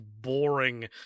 boring